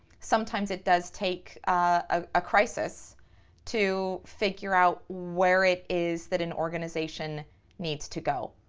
sometimes it does take a ah crisis to figure out where it is that an organization needs to go.